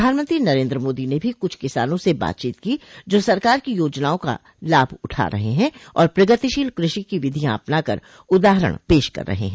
प्रधानमंत्री नरेन्द्र मोदी ने भी कुछ किसानों से बातचीत की जो सरकार की योजनाओं का लाभ उठा रहे हैं और प्रगतिशील कृषि की विधियां अपना कर उदाहरण पेश कर रहे हैं